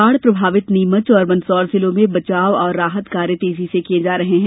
बाढ़ प्रभावित नीमच और मंदसौर जिलों में बचाव और राहत कार्य तेजी से किये जा रहे हैं